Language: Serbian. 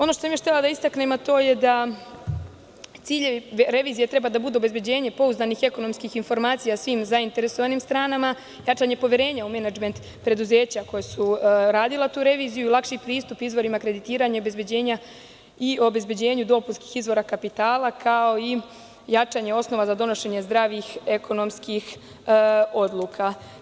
Ono što sam još htela da istaknem, a to je da ciljevi revizije treba da budu: obezbeđenje pouzdanih ekonomskih informacija svim zainteresovanim stranama, jačanje poverenja u menadžment preduzeća koja su radila tu reviziju, lakši pristup izvorima kreditiranja i obezbeđenja dopunskih izvora kapitala, kao i jačanje osnova za donošenje zdravih ekonomskih odluka.